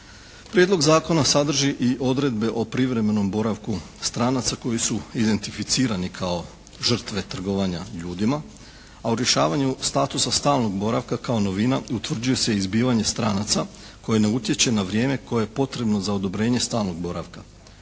Prijedlog zakona sadrži i odredbe o privremenom boravku stranaca koji su identificirani kao žrtve trgovanja ljudima, a u rješavanju statusa stalnog boravka kao novina utvrđuje se izbivanje stranaca koje ne utječe na vrijeme koje je potrebno za odobrenje stalnog boravka.